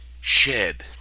Shed